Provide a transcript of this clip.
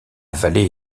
vallée